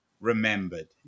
remembered